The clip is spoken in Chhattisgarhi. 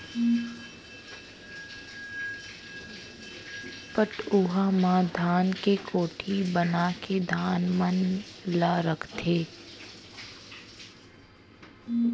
पटउहां म धान के कोठी बनाके धान मन ल रखथें